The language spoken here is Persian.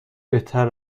بهتر